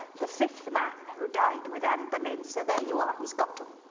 the fifth man who died with anne boleyn, so there you are. he's got em.